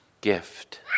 gift